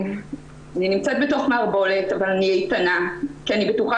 אני נמצאת בתוך מערבולת אבל אני איתנה כי אני בטוחה